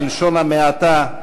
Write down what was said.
בלשון המעטה,